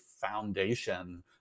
foundation